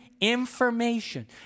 information